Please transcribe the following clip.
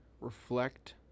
reflect